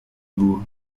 bourg